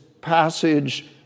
passage